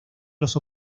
los